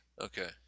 Okay